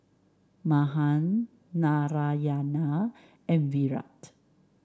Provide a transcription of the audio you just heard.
Mahan Narayana and Virat